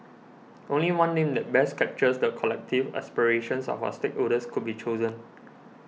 only one name that best captures the collective aspirations of our stakeholders could be chosen